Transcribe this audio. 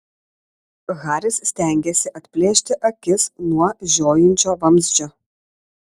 haris stengėsi atplėšti akis nuo žiojinčio vamzdžio